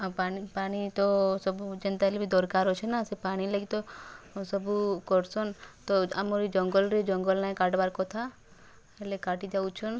ଆଉ ପାଣି ପାଣି ତ ସବୁ ଯେନ୍ତା ହେଲେ ବି ଦରକାର ଅଛି ନା ସେ ପାଣି ଲାଗି ତ ସବୁ କର୍ସନ୍ ତ ଆମର୍ ଇ ଜଙ୍ଗଲରେ ଜଙ୍ଗଲ ନାଇଁ କାଟ୍ବାର କଥା ହେଲେ କାଟି ଦଉଛନ୍